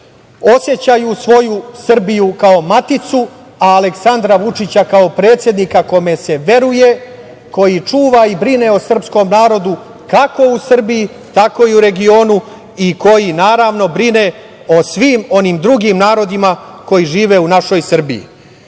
osećaju svoju Srbiju kao maticu, a Aleksandra Vučića kao predsednika kome se veruje, koji čuva i brine o srpskom narodu kako u Srbiji, tako i u regionu i koji, naravno, brine o svim onim drugim narodima koji žive u našoj Srbiji. Prema